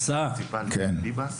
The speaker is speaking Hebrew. בהסעה גם אם יש הפרדה בין המינים.